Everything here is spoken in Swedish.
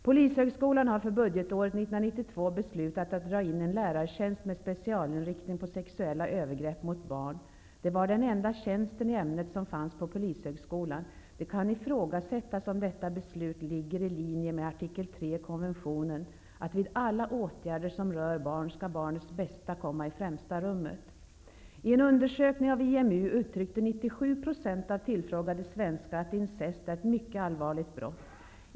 Polishögskolan har för budgetåret 1992 beslutat att dra in en lärartjänst med specialinriktning på sexuella övergrepp mot barn. Det var den enda tjänsten i ämnet som fanns på Polishögskolan. Det kan ifrågasättas om detta beslut ligger i linje med artikel 3 i konventionen, ''att vid alla åtgärder som rör barn, skall barnets bästa komma i främsta rummet''. I en undersökning av IMU uttryckte 97% av tillfrågade svenskar att incest är ett mycket allvarligt brott!